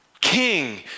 King